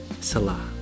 Salah